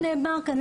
ונאמר כאן,